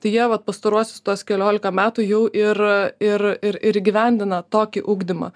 tai jie vat pastaruosius tuos keliolika metų jau ir ir ir ir įgyvendina tokį ugdymą